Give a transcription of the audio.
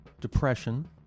depression